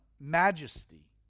majesty